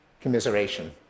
commiseration